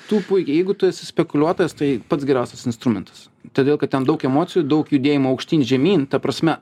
tu puikiai jeigu tu esi spekuliuotojas tai pats geriausias instrumentas todėl kad ten daug emocijų daug judėjimo aukštyn žemyn ta prasme